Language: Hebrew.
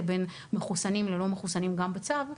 בין מחוסנים לבין לא מחוסנים גם בצו,